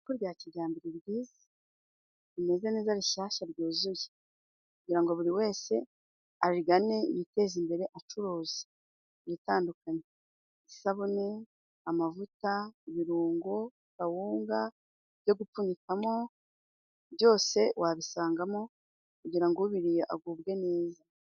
Isoko rya kijyambere ryiza. Rimeze neza, rishyashya, ryuzuye. Kugira ngo buri wese arigane yiteze imbere acuruza ibitandukanye. Isabune, amavuta, ibirungo, kawunga, ibyo gupfunyikamo, byose wabisangamo, kugirango ubiriye agubwe neza.